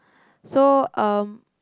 so um